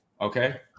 okay